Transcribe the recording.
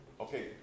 okay